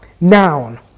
noun